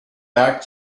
back